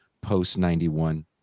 post-91